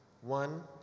One